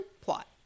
plot